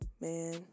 man